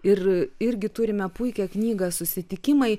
ir irgi turime puikią knygą susitikimai